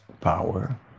power